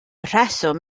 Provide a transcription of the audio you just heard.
rheswm